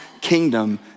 kingdom